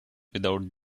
without